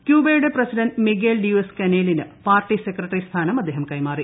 ക്യൂബയുടെ president Miguel Diaz കനേലിന് party secretary സ്ഥാനം അദ്ദേഹം കൈമാറി